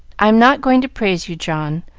i am not going to praise you, john,